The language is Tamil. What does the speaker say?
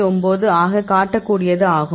9 ஆகக் காட்ட கூடியது ஆகும்